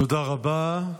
תודה רבה.